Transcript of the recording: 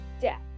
Death